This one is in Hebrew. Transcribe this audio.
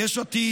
יש עתיד,